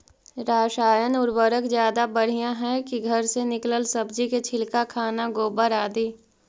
रासायन उर्वरक ज्यादा बढ़िया हैं कि घर से निकलल सब्जी के छिलका, खाना, गोबर, आदि?